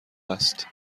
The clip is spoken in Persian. است